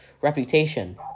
reputation